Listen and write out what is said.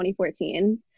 2014